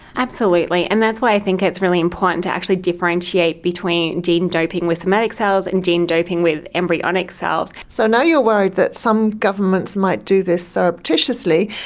absolutely, and that's why i think it's really important to actually differentiate between gene doping with somatic cells and gene doping with embryonic cells. so now you're worried that some governments might do this surreptitiously,